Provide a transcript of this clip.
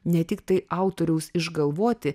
ne tik tai autoriaus išgalvoti